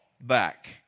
back